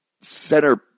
center